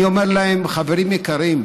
אני אומר להם: חברים יקרים,